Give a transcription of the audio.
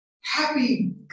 happy